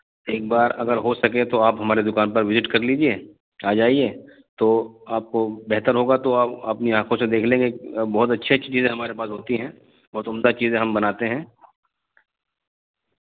ایک بار اگر ہو سکے تو آپ ہماری دکان پر وزٹ کر لیجیے آ جائیے تو آپ کو بہتر ہوگا تو آپ اپنی آنکھوں سے دیکھ لیں گے بہت اچھی اچھی چیزیں ہمارے پاس ہوتی ہیں بہت عمدہ چیزیں ہم بناتے ہیں